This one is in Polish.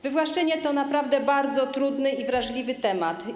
Wywłaszczenie to naprawdę bardzo trudny i wrażliwy temat.